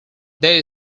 they